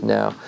now